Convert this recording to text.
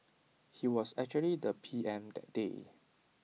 he was actually the P M that day